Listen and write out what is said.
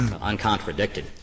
uncontradicted